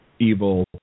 evil